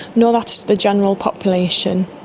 no, that's the general population.